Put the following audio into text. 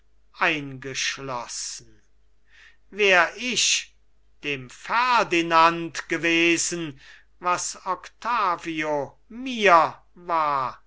eingeschlossen wär ich dem ferdinand gewesen was octavio mir war